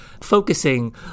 focusing